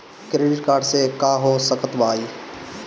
Credit card से का हो सकइत बा?